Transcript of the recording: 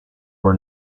for